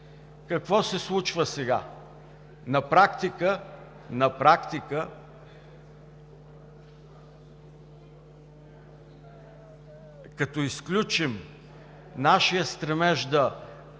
Какво се случва сега? На практика, като изключим нашия стремеж,